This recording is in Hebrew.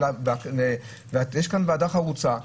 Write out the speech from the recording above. יש כאן ועדה חרוצה,